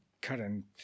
current